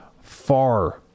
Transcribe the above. far